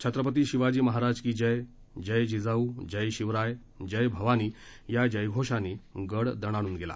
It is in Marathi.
छत्रपती शिवाजी महाराज की जय जय जिजाऊ जय शिवराय जय भवानी या जयघोषानं गड दणाणून गेला